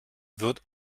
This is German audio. wird